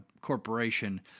corporation